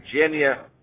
Virginia